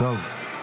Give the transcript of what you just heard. לא שמענו מספיק?